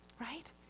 right